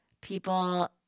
people